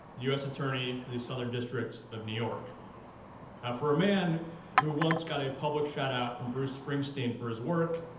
us attorney for the southern district of new york. now for a man who once got a public shout-out from bruce springsteen for his work,